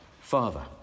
father